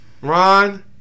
Ron